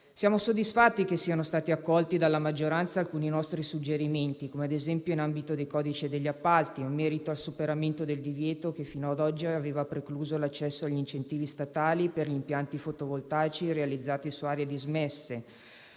Siamo soddisfatti che siano stati accolti dalla maggioranza alcuni nostri suggerimenti, come - ad esempio - quelli nell'ambito del codice degli appalti, in merito al superamento del divieto che fino ad oggi aveva precluso l'accesso agli incentivi statali per gli impianti fotovoltaici realizzati su aree dismesse,